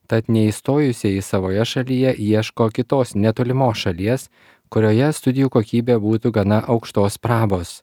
tad neįstojusieji savoje šalyje ieško kitos netolimos šalies kurioje studijų kokybė būtų gana aukštos prabos